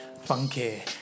Funky